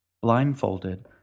Blindfolded